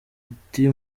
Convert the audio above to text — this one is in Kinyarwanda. iti